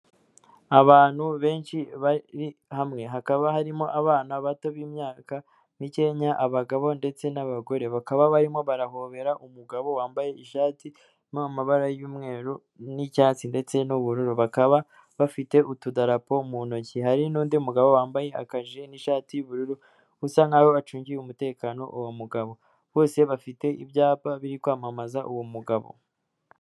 Abantu benshi bari hamwe, hakaba harimo abana bato b'imyaka mikenya abagabo ndetse n'abagore, bakaba barimo barahobera umugabo wambaye ishati namabara y'umweru n'icyatsi ndetse n'ubururu, bakaba bafite utudarapo mu ntoki, hari n'undi mugabo wambaye akaje n'ishati y'ubururu, bisa nk'aho acungiye umutekano uwo mugabo, bose bafite ibyapa biri kwamamaza uwo mugabo.